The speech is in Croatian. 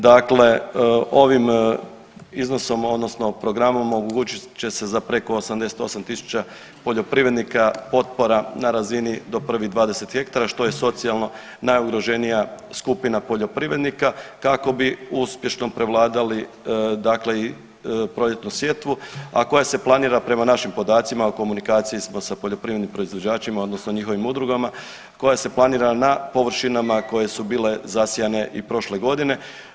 Dakle, ovim iznosom odnosno programom omogućit će se za preko 80.000 poljoprivrednika potpora na razini do prvih 20 hektara što je socijalno najugroženija skupina poljoprivrednika kako bi uspješno prevladali dakle i proljetnu sjetvu, a koja se planira prema našim podacima, u komunikaciji smo sa poljoprivrednim proizvođačima odnosno njihovim udrugama koja se planira na površinama koje su bile zasijane i prošle godine.